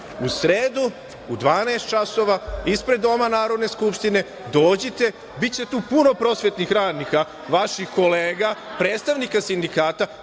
u sredu u 12 časova ispred Doma Narodne skupštine, dođite, biće tu puno prosvetnih radnika, vaših kolega, predstavnika sindikata,